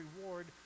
reward